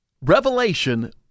Revelation